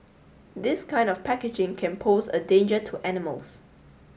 this kind of packaging can pose a danger to animals